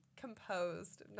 composed